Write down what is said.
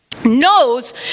knows